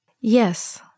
Yes